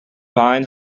fine